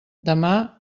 demà